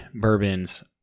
bourbons